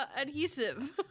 adhesive